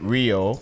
Rio